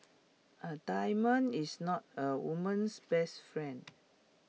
A diamond is not A woman's best friend